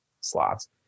slots